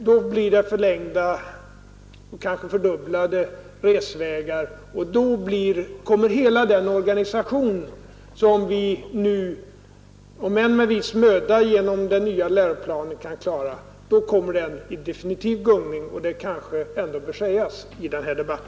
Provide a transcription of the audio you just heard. Det blir förlängda, kanske fördubblade resvägar, och då kommer hela den organisation, som vi nu om än med viss möda kan klara genom den nya läroplanen, i definitiv gungning. Detta kanske ändå bör sägas i denna debatt.